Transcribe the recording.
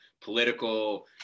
political